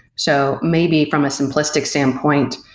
so maybe from a simplistic standpoint,